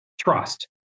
Trust